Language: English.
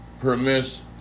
permits